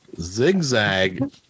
Zigzag